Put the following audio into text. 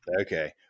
Okay